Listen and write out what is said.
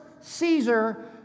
Caesar